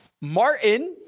Martin